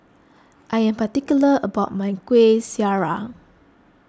I am particular about my Kuih Syara